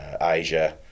Asia